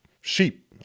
sheep